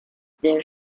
der